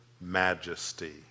majesty